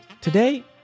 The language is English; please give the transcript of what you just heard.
Today